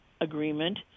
agreement